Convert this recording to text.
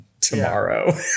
tomorrow